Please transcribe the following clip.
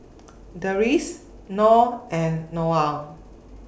Deris Noh and Noah